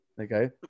Okay